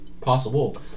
Possible